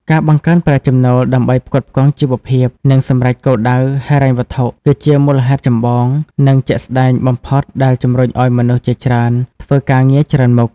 ការបង្កើនប្រាក់ចំណូលដើម្បីផ្គត់ផ្គង់ជីវភាព និងសម្រេចគោលដៅហិរញ្ញវត្ថុ គឺជាមូលហេតុចម្បង និងជាក់ស្តែងបំផុតដែលជំរុញឱ្យមនុស្សជាច្រើនធ្វើការងារច្រើនមុខ។